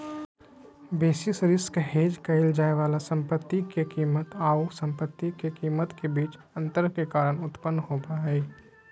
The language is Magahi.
बेसिस रिस्क हेज क़इल जाय वाला संपत्ति के कीमत आऊ संपत्ति के कीमत के बीच अंतर के कारण उत्पन्न होबा हइ